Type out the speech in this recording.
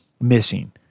missing